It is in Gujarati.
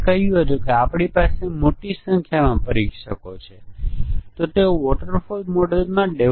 આ ઇન્ટરફેસ ભૂલોના ઉદાહરણો છે અને આ ઈન્ટીગ્રેશન ટેસ્ટીંગ નું લક્ષ્ય છે